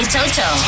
Toto